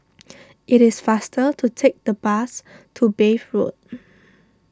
it is faster to take the bus to Bath Road